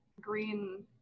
green